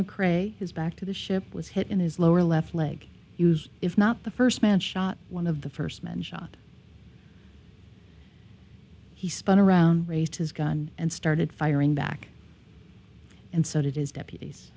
mcrae his back to the ship was hit in his lower left leg if not the first man shot one of the first men shot he spun around raised his gun and started firing back and so did his deputies